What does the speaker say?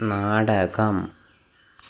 നാടകം